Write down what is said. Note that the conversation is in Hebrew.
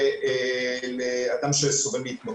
כפוטנציאל לאדם שסובל מהתמכרות.